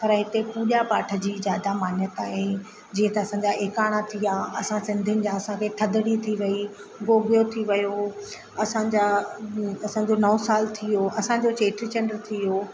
पर हिते पूॼा पाठ जी जादा मान्यता आहे जीअं त असांजा एकाड़ा थी विया असां सिंधियुनि जा असांखे थदड़ी थी वई गोगियो थी वियो असांजा असांजो नओ साल थी वियो असांजो चेटी चंड थी वियो